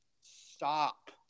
Stop